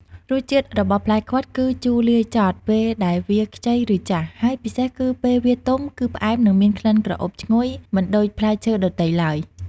រសជាតិរបស់ផ្លែខ្វិតគឺ ជូរលាយចត់ពេលដែលវាខ្ចីឬចាស់ ហើយពិសេសគឺពេលវាទុំគឺផ្អែមនិងមានក្លិនក្រអូបឈ្ងុយ មិនដូចផ្លែឈើដទៃឡើយ។